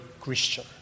Christian